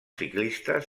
ciclistes